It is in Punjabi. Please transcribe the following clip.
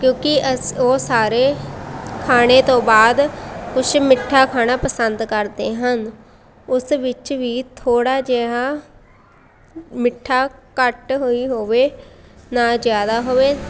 ਕਿਉਂਕਿ ਅਸ ਉਹ ਸਾਰੇ ਖਾਣੇ ਤੋਂ ਬਾਅਦ ਕੁਛ ਮਿੱਠਾ ਖਾਣਾ ਪਸੰਦ ਕਰਦੇ ਹਨ ਉਸ ਵਿੱਚ ਵੀ ਥੋੜ੍ਹਾ ਜਿਹਾ ਮਿੱਠਾ ਘੱਟ ਹੋਈ ਹੋਵੇ ਨਾ ਜ਼ਿਆਦਾ ਹੋਵੇ